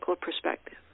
perspective